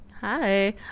hi